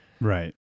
Right